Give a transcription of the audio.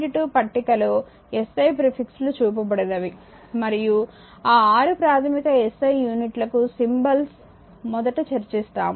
2 పట్టిక లో SI prefix లు చూపబడినవి మరియు ఆ 6 ప్రాథమిక SI యూనిట్లకు సింబల్స్ మొదట చర్చిస్తాము